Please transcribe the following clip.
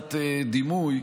לקחת דימוי,